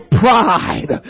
pride